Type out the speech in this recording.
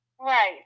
Right